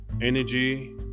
energy